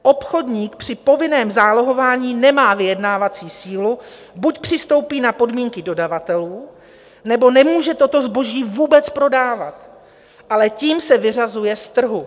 Obchodník při povinném zálohování nemá vyjednávací sílu buď přistoupí na podmínky dodavatelů, nebo nemůže toto zboží vůbec prodávat, ale tím se vyřazuje z trhu.